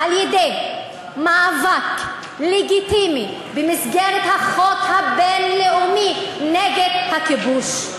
על-ידי מאבק לגיטימי במסגרת החוק הבין-לאומי נגד הכיבוש,